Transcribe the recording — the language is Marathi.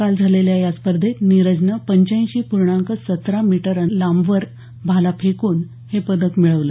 काल झालेल्या या स्पर्धेत नीरजनं पंच्याऐंशी पूर्णांक सतरामीटर भाला फेकून हे पदक मिळवलं